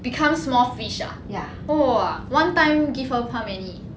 become small fish ah !wah! one time give birth how many